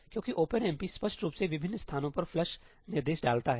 क्योंकि ओपनएमपी स्पष्ट रूप से विभिन्न स्थानों पर फ्लश निर्देश डालता है